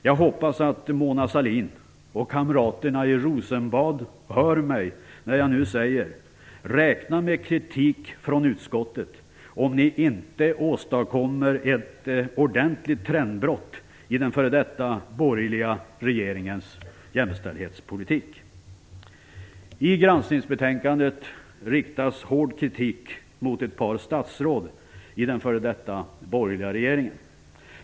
Jag hoppas att Mona Sahlin och kamraterna i Rosenbad hör mig när jag nu säger: Räkna med kritik från utskottet om ni inte åstadkommer ett ordentligt trendbrott i den f.d. borgerliga regeringens jämställdhetspolitik. I granskningsbetänkandet riktas hård kritik mot ett par statsråd i den f.d. borgerliga regeringen.